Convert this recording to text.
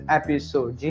episode